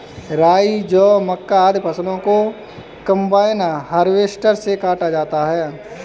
राई, जौ, मक्का, आदि फसलों को कम्बाइन हार्वेसटर से काटा जाता है